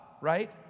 right